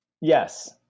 Yes